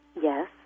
Yes